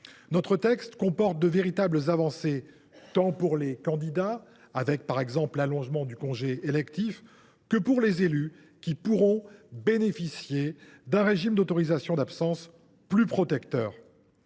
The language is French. Notre texte comporte de véritables avancées, tant pour les candidats, avec par exemple l’allongement du congé électif, que pour les élus, qui pourront bénéficier d’un régime d’autorisations d’absence plus protecteur.